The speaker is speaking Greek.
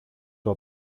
του